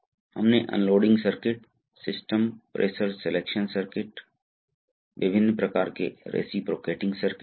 इसलिए हम अगले व्याख्यान में प्रवाह नियंत्रण वाल्व पर विचार करेंगे